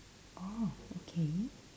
oh okay